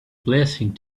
blessing